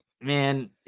man